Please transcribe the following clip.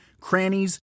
crannies